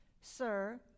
Sir